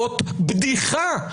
זאת בדיחה.